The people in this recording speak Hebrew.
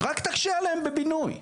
רק תקשה עליהם בבינוי.